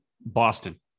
Boston